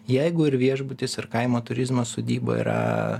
jeigu ir viešbutis ir kaimo turizmo sodyba yra